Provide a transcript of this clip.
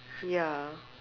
ya